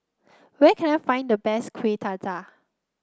where can I find the best Kuih Dadar